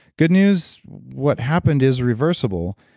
good news, what happened is reversible.